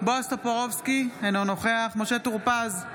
בועז טופורובסקי, אינו נוכח משה טור פז,